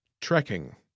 Trekking